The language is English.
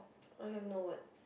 I have no words